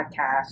podcast